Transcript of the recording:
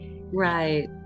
right